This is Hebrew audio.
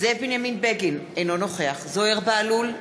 זאב בנימין בגין, אינו נוכח זוהיר בהלול,